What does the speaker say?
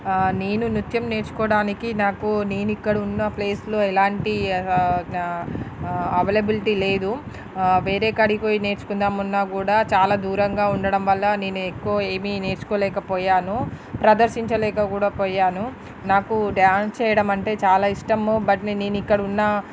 నేను నృత్యం నేర్చుకోవడానికి నాకు నేను ఇక్కడ ఉన్న ప్లేస్లో ఎలాంటి అవైలబిలిటీ లేదు వేరే కాడికి పోయి నేర్చుకుందాం అన్న కూడా చాలా దూరంగా ఉండడం వల్ల నేను ఎక్కువ ఏమీ నేర్చుకోలేకపోయాను ప్రదర్శించలేక కూడా పోయాను నాకు డాన్స్ చేయడం అంటే చాలా ఇష్టము బట్ నేను ఇక్కడ ఉన్న